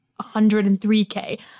103k